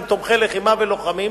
והם תומכי לחימה ולוחמים.